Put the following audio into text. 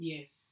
Yes